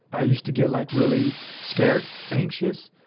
i used to get like really scared, anxious,